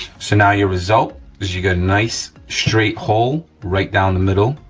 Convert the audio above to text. so and yeah result is you got a nice straight hole right down the middle,